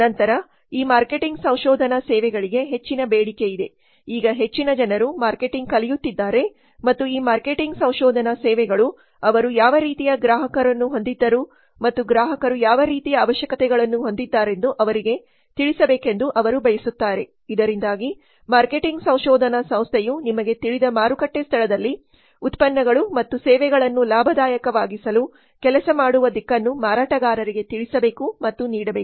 ನಂತರ ಈ ಮಾರ್ಕೆಟಿಂಗ್ ಸಂಶೋಧನಾ ಸೇವೆಗಳಿಗೆ ಹೆಚ್ಚಿನ ಬೇಡಿಕೆಯಿದೆ ಈಗ ಹೆಚ್ಚಿನ ಜನರು ಮಾರ್ಕೆಟಿಂಗ್ ಕಲಿಯುತ್ತಿದ್ದಾರೆ ಮತ್ತು ಈ ಮಾರ್ಕೆಟಿಂಗ್ ಸಂಶೋಧನಾ ಸೇವೆಗಳು ಅವರು ಯಾವ ರೀತಿಯ ಗ್ರಾಹಕರನ್ನು ಹೊಂದಿದ್ದರು ಮತ್ತು ಗ್ರಾಹಕರು ಯಾವ ರೀತಿಯ ಅವಶ್ಯಕತೆಗಳನ್ನು ಹೊಂದಿದ್ದಾರೆಂದು ಅವರಿಗೆ ತಿಳಿಸಬೇಕೆಂದು ಅವರು ಬಯಸುತ್ತಾರೆ ಇದರಿಂದಾಗಿ ಮಾರ್ಕೆಟಿಂಗ್ ಸಂಶೋಧನಾ ಸಂಸ್ಥೆಯು ನಿಮಗೆ ತಿಳಿದ ಮಾರುಕಟ್ಟೆ ಸ್ಥಳದಲ್ಲಿ ಉತ್ಪನ್ನಗಳು ಮತ್ತು ಸೇವೆಗಳನ್ನು ಲಾಭದಾಯಕವಾಗಿಸಲು ಕೆಲಸ ಮಾಡುವ ದಿಕ್ಕನ್ನು ಮಾರಾಟಗಾರರಿಗೆ ತಿಳಿಸಬೇಕು ಮತ್ತು ನೀಡಬೇಕು